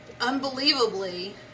unbelievably